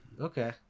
Okay